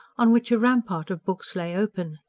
on which a rampart of books lay open,